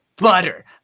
Butter